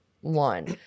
One